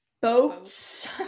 boats